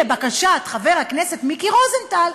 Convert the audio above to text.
לבקשת חבר הכנסת מיקי רוזנטל,